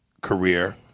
career